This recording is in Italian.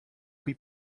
qui